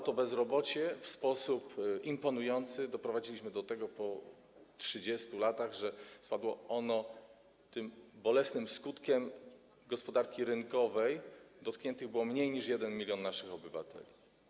I bezrobocie spadało w sposób imponujący, doprowadziliśmy do tego po 30 latach, że spadło ono... tym bolesnym skutkiem gospodarki rynkowej dotkniętych było mniej niż 1 mln naszych obywateli.